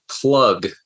plug